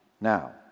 Now